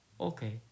okay